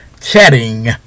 Chatting